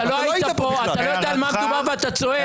לא היית פה, אתה לא יודע מה מדובר, ואתה צועק.